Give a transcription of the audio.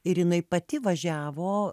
ir jinai pati važiavo